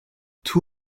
two